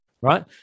right